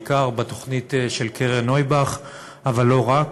בעיקר בתוכנית של קרן נויבך אבל לא רק.